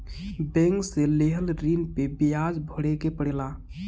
bank से लेहल ऋण पे बियाज भरे के पड़ेला